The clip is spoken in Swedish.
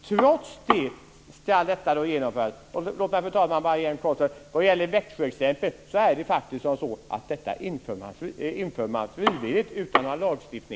Trots det ska detta genomföras. Låt mig, fru talman, bara nämna att när det gäller Växjöexemplet så inför man detta frivilligt utan någon lagstiftning.